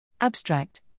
Abstract